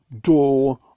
door